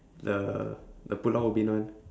the the pulau ubin one